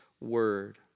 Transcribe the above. Word